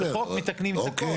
וחוק מתקנים את החוק.